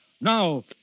Now